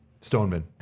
Stoneman